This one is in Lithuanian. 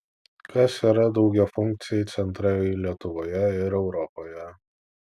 kas yra daugiafunkciai centrai lietuvoje ir europoje